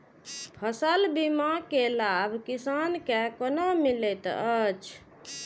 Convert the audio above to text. फसल बीमा के लाभ किसान के कोना मिलेत अछि?